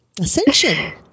Ascension